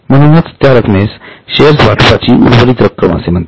म्हणूनच त्या रक्कमेस शेअर्स वाटपाची उर्वरित रक्कम असे म्हणतात